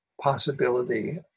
possibility